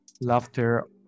laughter